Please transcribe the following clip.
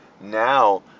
now